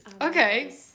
Okay